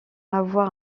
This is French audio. avoir